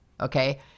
Okay